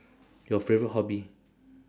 your favourite hobby